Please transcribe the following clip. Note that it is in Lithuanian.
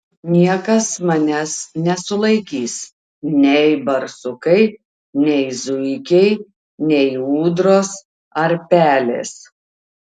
niekas manęs nesulaikys nei barsukai nei zuikiai nei ūdros ar pelės